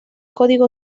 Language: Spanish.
código